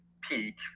peak